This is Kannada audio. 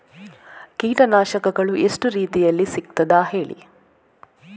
ಕೀಟನಾಶಕಗಳು ಎಷ್ಟು ರೀತಿಯಲ್ಲಿ ಸಿಗ್ತದ ಹೇಳಿ